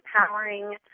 empowering